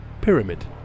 pyramid